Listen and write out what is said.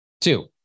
Two